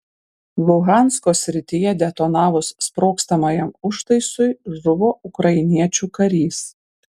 luhansko srityje detonavus sprogstamajam užtaisui žuvo ukrainiečių karys